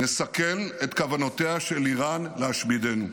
נסכל את כוונותיה של איראן להשמידנו.